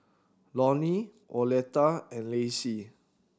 Lonie Oleta and Lacy